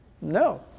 No